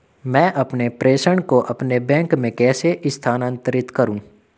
मैं अपने प्रेषण को अपने बैंक में कैसे स्थानांतरित करूँ?